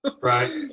right